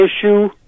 issue